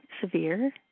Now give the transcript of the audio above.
severe